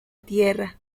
tierra